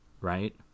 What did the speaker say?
Right